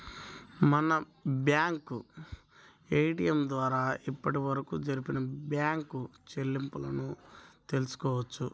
మనం bank ATM ద్వారా అప్పటివరకు జరిపిన బ్యేంకు చెల్లింపులను తెల్సుకోవచ్చు